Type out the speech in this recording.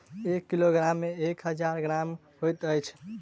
एक किलोग्राम मे एक हजार ग्राम होइत अछि